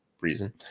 reason